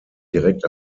direkt